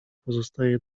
pozostaje